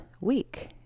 week